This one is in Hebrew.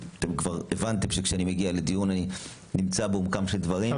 אתם כבר הבנתם שכשאני מגיע לדיון אני נמצא בעומקם של דברים.